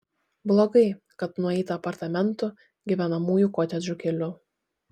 blogai kad nueita apartamentų gyvenamųjų kotedžų keliu